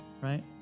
right